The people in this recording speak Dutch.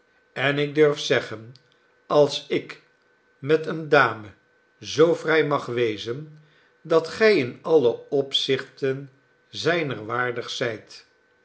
en ik durf zeggen als ik met eene dame zoo vrij mag wezen dat gij in alle opzichten zijner waardig zijt